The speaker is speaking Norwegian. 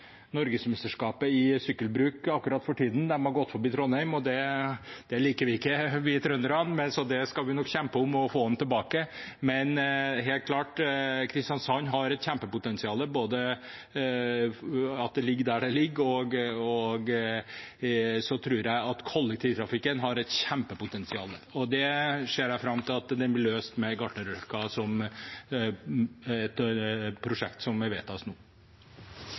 i sykkelbruk for tiden. De har gått forbi Trondheim, og det liker ikke vi trøndere, så vi skal nok kjempe om å få det tilbake, men Kristiansand har helt klart et kjempepotensial, både at man ligger der man ligger, og med tanke på kollektivtrafikken. Det ser jeg fram til blir løst med Gartnerløkka, som et prosjekt som vedtas nå.